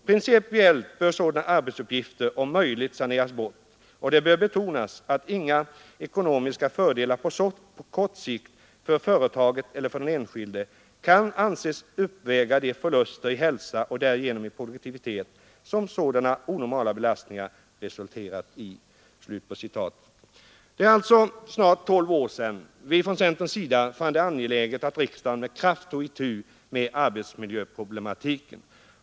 Principiellt bör sådana arbetsuppgifter om möjligt saneras bort, och det bör betonas att inga ekonomiska fördelar på kort sikt — för företaget eller för den enskilde — kan anses uppväga de förluster i hälsa och därigenom i produktivitet, som sådana onormala belastningar resulterar i.” Det är alltså snart tolv år sedan vi från centerns sida fann det vara angeläget att riksdagen med kraft tog itu med arbetsmiljöproblematiken.